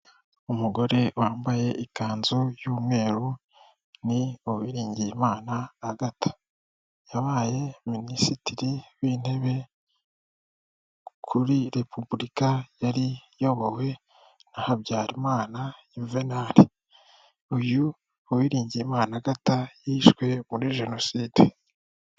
Umugore wambaye ikanzu y'umweru ni Uwiringiyimana Agatha yabaye minisitiri w'intebe kuri repubulika yari iyobowe na Habyarimana Yuvenal uyu Uwiringiyimana Agatha yishwe muri jenoside.